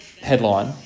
headline